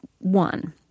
One